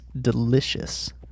Delicious